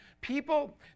People